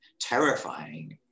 terrifying